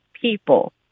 people